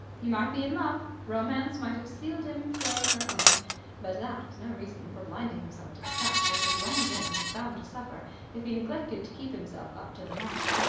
he might be in love romance might have sealed him for her own but that was no reason for blinding himself to the fact that his long game was bound to suffer if he neglected to keep himself up to the mark.